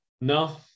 No